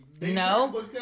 No